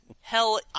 Hell